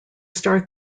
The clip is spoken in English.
start